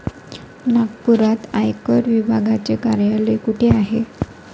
नागपुरात आयकर विभागाचे कार्यालय कुठे आहे?